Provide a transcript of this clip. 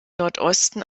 nordosten